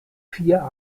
vier